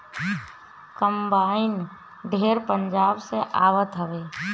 combine ढेर पंजाब से आवत हवे